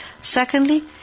Secondly